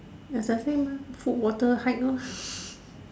as I say mah food water hike lor